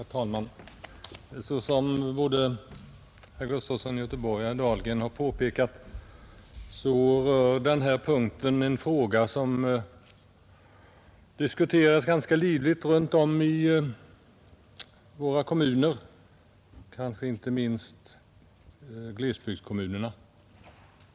Herr talman! Såsom både herr Gustafson i Göteborg och herr Dahlgren har påpekat, rör den här punkten en fråga som diskuteras ganska livligt runt om i våra kommuner, kanske inte minst glesbygdskommunerna.